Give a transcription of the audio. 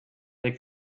they